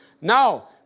Now